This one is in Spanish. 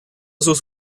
sus